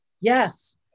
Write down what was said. Yes